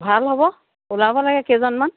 ভাল হ'ব ওলাব লাগে কেইজনমান